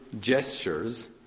gestures